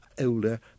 older